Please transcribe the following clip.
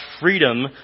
freedom